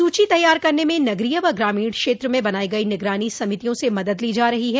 सूची तैयार करने में नगरीय व ग्रामीण क्षेत्र में बनाई गई निगरानी समितियों से मदद ली जा रही है